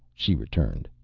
she returned.